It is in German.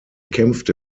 kämpfte